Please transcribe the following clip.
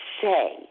say